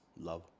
Love